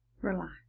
Relax